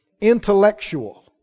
intellectual